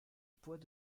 poids